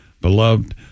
beloved